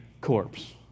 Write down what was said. corpse